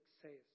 success